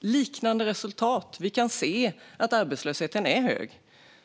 liknande resultat. Vi kan se att arbetslösheten är hög.